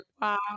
Wow